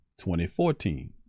2014